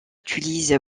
utilise